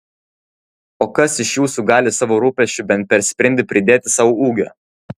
o kas iš jūsų gali savo rūpesčiu bent per sprindį pridėti sau ūgio